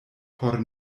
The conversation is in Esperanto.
por